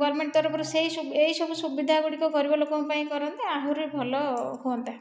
government ତରଫରୁ ସେଇ ଏହି ସବୁ ସୁବିଧାଗୁଡ଼ିକ ଗରିବଲୋକଙ୍କ ପାଇଁ କରନ୍ତେ ଆହୁରି ଭଲ ହୁଅନ୍ତା